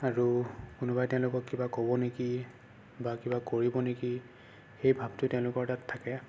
আৰু কোনোবাই তেওঁলোকক কিবা ক'ব নেকি বা কিবা কৰিব নিকি সেই ভাৱটোৱে তেওঁলোকৰ তাত থাকে